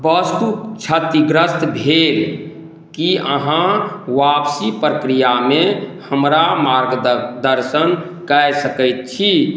बस्तु क्षतिग्रस्त भेल की अहाँ आपसी प्रक्रिआमे हमरा मार्ग दर्शन कए सकैत छी